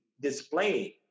displaying